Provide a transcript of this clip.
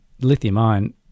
lithium-ion